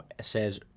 says